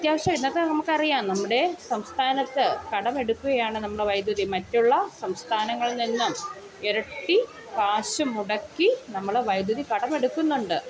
അത്യാവശ്യം ഇതൊക്കെ നമുക്കറിയാം നമ്മുടെ സംസ്ഥാനത്ത് കടമെടുക്കെയാണ് നമ്മൾ വൈദ്യുതി മറ്റുള്ള സംസ്ഥാനങ്ങളിൽ നിന്നും ഇരട്ടി കാശ് മുടക്കി നമ്മൾ വൈദ്യുതി കടമെടുക്കുന്നുണ്ട്